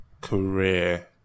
career